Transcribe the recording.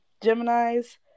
Gemini's